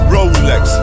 Rolex